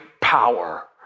power